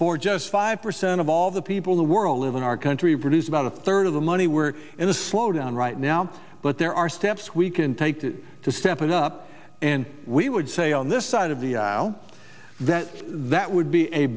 for just five percent of all the people the world live in our country produce about a third of the money we're in a slow down right now but there are steps we can take that to step it up and we would say on this side of the aisle that that would be a